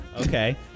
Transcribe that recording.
okay